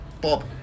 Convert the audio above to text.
Bob